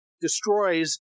destroys